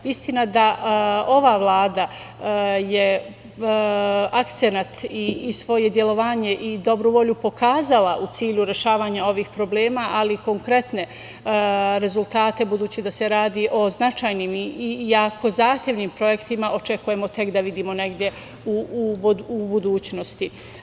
Istina da ova Vlada je akcenat i svoje delovanje i dobru volju pokazala u cilju rešavanja ovih problema, ali konkretne rezultate budući da se radi o značajnim i jako zahtevnim projektima očekujemo tek da vidimo negde u budućnosti.